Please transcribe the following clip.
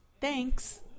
Thanks